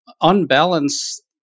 unbalanced